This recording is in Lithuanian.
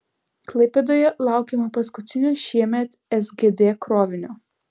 klaipėdoje laukiama paskutinio šiemet sgd krovinio